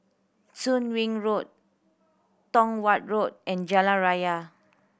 Soon Wing Road Tong Watt Road and Jalan Raya